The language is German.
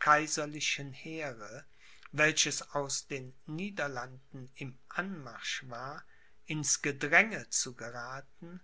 kaiserlichen heere welches aus den niederlanden im anmarsch war ins gedränge zu gerathen